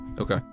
Okay